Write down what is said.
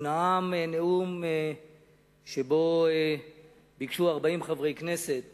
הוא נאם נאום שבו ביקשו 40 מחברי הכנסת